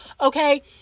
Okay